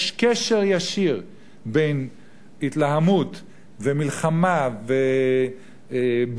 יש קשר ישיר בין התלהמות ומלחמה ובוטות